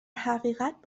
حقیقت